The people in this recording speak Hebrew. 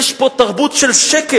יש פה תרבות של שקר,